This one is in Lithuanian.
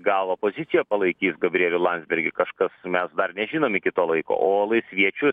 gal opozicija palaikys gabrielių landsbergį kažkas mes dar nežinom iki to laiko o laisviečių